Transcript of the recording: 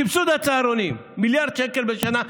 סבסוד הצהרונים, מיליארד שקל בשנה.